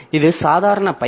இது சாதாரண பைப்